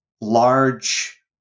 large